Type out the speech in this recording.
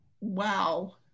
Wow